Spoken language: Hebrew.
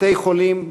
בתי-חולים,